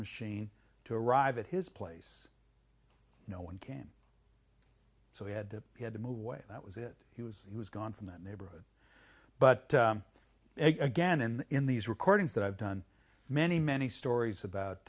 machine to arrive at his place no one can so he had to he had to move away that was it he was he was gone from that neighborhood but again and in these recordings that i've done many many stories about